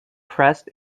pressed